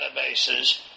databases